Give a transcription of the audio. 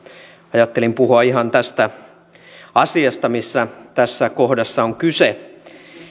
ajattelin puhua ihan tästä asiasta mistä tässä kohdassa on kyse